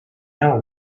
know